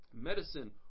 medicine